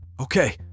Okay